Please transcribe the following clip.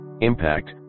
Impact